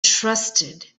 trusted